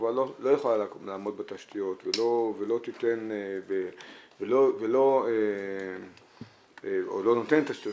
החברה לא יכולה לעמוד בתשתיות או לא נותנת תשתיות או